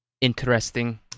Interesting